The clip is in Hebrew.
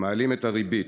הם מעלים את הריבית.